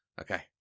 Okay